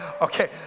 okay